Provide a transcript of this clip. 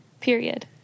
Period